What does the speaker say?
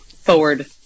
forward